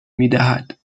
میدهد